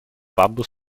bambus